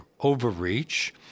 overreach